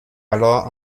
alors